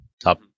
top